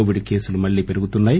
Covid కేసులు మళ్లీ పెరుగుతున్నాయి